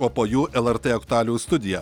o po jų lrt aktualijų studija